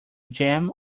jam